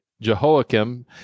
Jehoiakim